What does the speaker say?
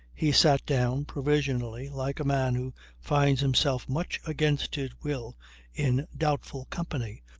he sat down, provisionally, like a man who finds himself much against his will in doubtful company.